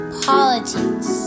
politics